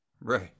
Right